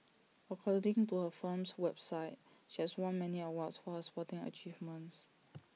according to her firm's website she has won many awards for her sporting achievements